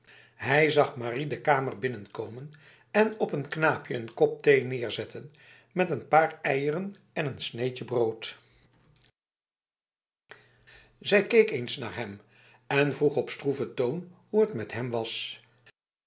hij zag marie de kamer binnenkomen en op n knaapje n kop thee neerzetten met een paar eieren en n sneetje brood zij keek eens naar hem en vroeg op stroeve toon hoe het met hem was